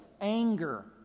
anger